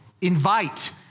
invite